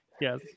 Yes